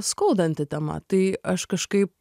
skaudanti tema tai aš kažkaip